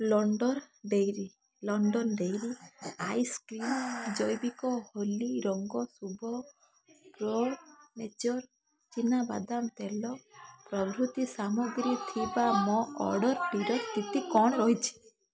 London Dairy London Dairy ice cream ଜୈବିକ ହୋଲି ଶୁଭ ରଙ୍ଗ ପ୍ରୋ ନେଚର୍ ଚିନାବାଦାମ ତେଲ ପ୍ରଭୃତି ସାମଗ୍ରୀ ଥିବା ମୋ ଅର୍ଡ଼ର୍ଟିର ସ୍ଥିତି କ'ଣ ରହିଛି